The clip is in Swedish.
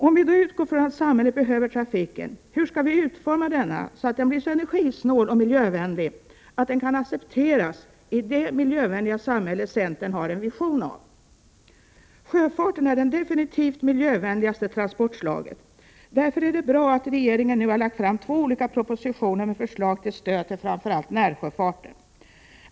Om vi utgår ifrån att samhället behöver trafiken, hur skall vi då utforma denna så att den blir så energisnål och miljövänlig att den kan accepteras i det miljövänliga samhälle centern har en vision av? Sjöfarten är det definitivt miljövänligaste transportslaget. Därför är det bra att regeringen nu har lagt fram två olika propositioner med förslag till stöd till framför allt närsjöfarten.